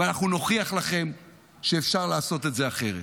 ואנחנו נוכיח לכם שאפשר לעשות את זה אחרת.